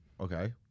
Okay